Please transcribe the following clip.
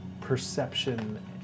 perception